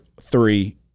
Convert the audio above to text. three